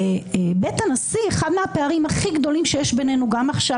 בבית הנשיא אחד מהפערים הכי גדולים שיש בינינו גם עכשיו,